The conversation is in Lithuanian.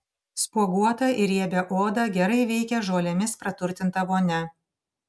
spuoguotą ir riebią odą gerai veikia žolėmis praturtinta vonia